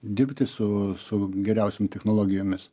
dirbti su su geriausiom technologijomis